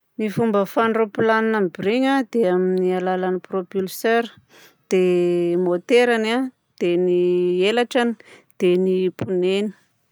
Ny fomba ahafahan'ny raopilanina miborigny dia amin'ny alalan'ny propulseur, dia môterany a, dia ny elatrany dia ny pneu-ny.